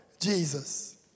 Jesus